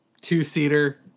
two-seater